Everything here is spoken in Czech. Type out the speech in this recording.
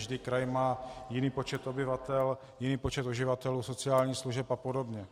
Každý kraj má jiný počet obyvatel, jiný počet uživatelů sociálních služeb apod.